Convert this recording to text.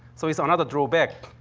so, it's another drawback.